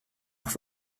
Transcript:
auch